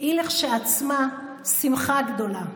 היא כשלעצמה שמחה גדולה.